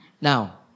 Now